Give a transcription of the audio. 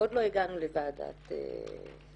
עוד לא הגענו לוועדת שרים.